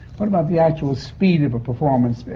what about the actual speed of a performance,